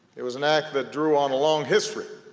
it was an act that drew on a long history